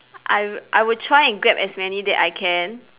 I would I will try and grab as many that I can